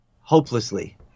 hopelessly